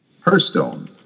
Hearthstone